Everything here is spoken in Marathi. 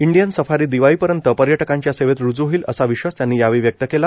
इंडियन सफारी दिवाळीपर्यंत पर्यटकांच्यासव्वत रुजू होईल असा विश्वास त्यांनी व्यक्त काला